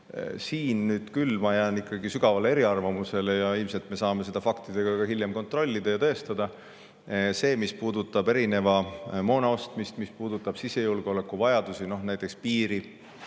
siis siin jään ma küll sügavalt eriarvamusele. Ilmselt me saame seda faktide abil hiljem kontrollida ja tõestada. Mis puudutab erineva moona ostmist, mis puudutab sisejulgeolekuvajadusi, näiteks piirile